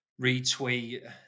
retweet